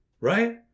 right